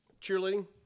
cheerleading